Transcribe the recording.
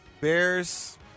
Bears